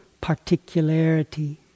particularity